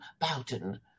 Bowden